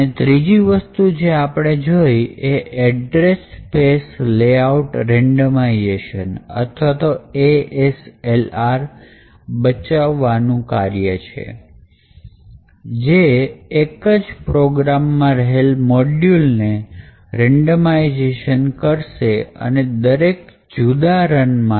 અને ત્રીજી વસ્તુ જે આપણે જોઈ એ એડ્રેસ સ્પેસ લેઆઉટ રેન્ડમાઇઝેશન અથવા તો ASLR બચાવવાનું કાર્ય છે કે જે એક જ પ્રોગ્રામમાં રહેલા મોડ્યૂલને રેન્ડમાઇઝેશન કરશે દરેક જુદા રન માટે